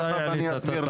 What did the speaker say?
תיכף אני אסביר.